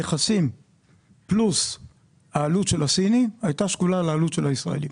כי המכסים פלוס העלות של הסיני היו שקולים לעלות של הישראלי.